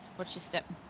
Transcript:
watch your step.